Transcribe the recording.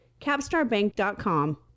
CapstarBank.com